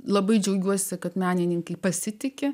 labai džiaugiuosi kad menininkai pasitiki